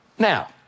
Now